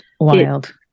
Wild